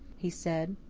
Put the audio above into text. he said,